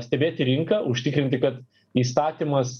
stebėti rinką užtikrinti kad įstatymas